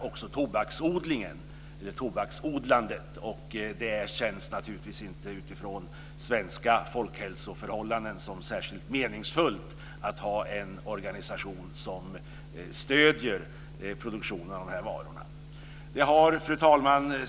Det känns naturligtvis inte särskilt meningsfullt utifrån svenska folkhälsoförhållanden att ha en organisation som stöder produktionen av de här varorna. Fru talman!